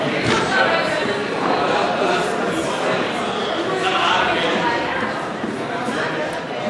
הצעת סיעת ש"ס להביע אי-אמון בממשלה לא נתקבלה.